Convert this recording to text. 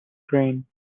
grain